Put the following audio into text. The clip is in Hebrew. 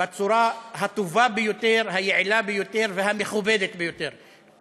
בצורה הטובה ביותר, היעילה ביותר והמכובדת ביותר.